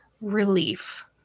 relief